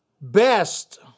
Best